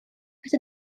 это